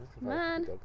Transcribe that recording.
man